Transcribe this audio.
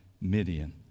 Midian